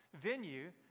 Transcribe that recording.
venue